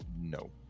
No